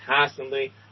constantly